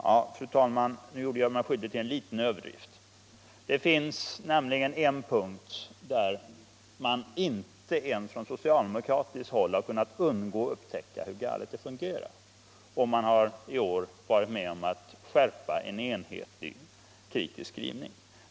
Ja, fru talman, nu gjorde jag mig skyldig till en liten överdrift. Det finns nämligen en punkt där man inte ens från socialdemokratiskt håll har kunnat undgå att upptäcka hur galet det fungerar, och man har i år varit med om att skärpa en enhetlig utskottsskrivning.